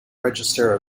register